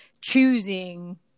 choosing